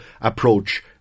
approach